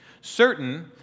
certain